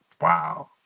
wow